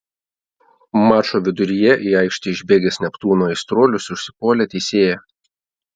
mačo viduryje į aikštę išbėgęs neptūno aistruolius užsipuolė teisėją